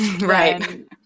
right